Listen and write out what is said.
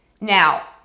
Now